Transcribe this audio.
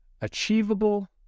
achievable